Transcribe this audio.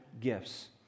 gifts